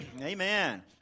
Amen